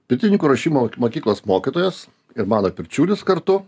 pirtininkų ruošimo mokyklos mokytojas ir mano pirčiulis kartu